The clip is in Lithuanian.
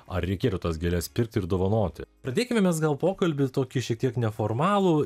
ar reikėtų tas gėles pirkti ir dovanoti pradėkime mes gal pokalbį tokį šiek tiek neformalų